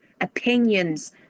opinions